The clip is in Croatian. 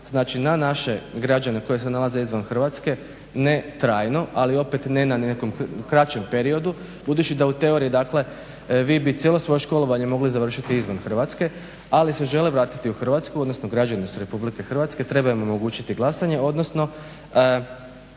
pažnju na naše građane koji se nalaze izvan Hrvatske ne trajno ali opet ne na nekom kraćem periodu budući da u teoriji vi bi cijelo svoje školovanje mogli završiti izvan Hrvatske ali se žele vratiti u Hrvatsku odnosno građani su RH, treba im omogućiti glasanje odnosno